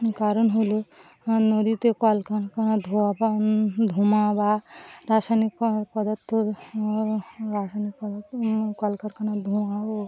কারণ হলো নদীতে কলকারখানা ধোয়া ধোঁয়া বা রাসায়নিক পদার্থ রাসায়নিকদার্থ কলকারখানা ধোঁয়া ও